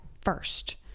first